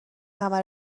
همه